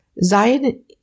Zion